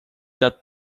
that